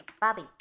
Bobby